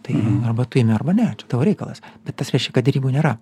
tai arba tu imi arba ne čia tavo reikalas bet tas reiškia kad derybų nėra